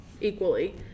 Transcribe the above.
equally